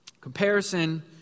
Comparison